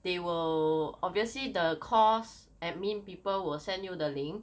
they will obviously the course admin people will send you the link